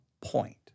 point